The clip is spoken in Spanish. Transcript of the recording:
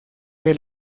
que